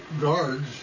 guards